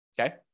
Okay